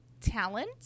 talent